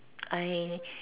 I